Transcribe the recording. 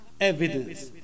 evidence